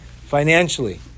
financially